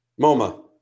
MoMA